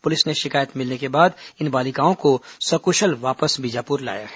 police ने शिकायत मिलने के बाद इन बालिकाओं को सकुशल वापस बीजापुर लाया है